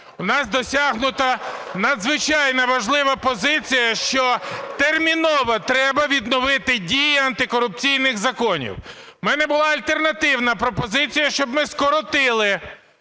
У нас досягнуто надзвичайно важливу позицію, що терміново треба відновити дії антикорупційних законів. У мене була альтернативна пропозиція, щоб ми скоротили